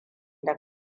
da